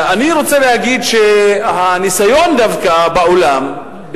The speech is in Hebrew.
אני רוצה להגיד שהניסיון בעולם דווקא,